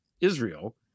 Israel